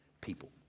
people